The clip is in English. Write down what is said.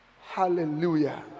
Hallelujah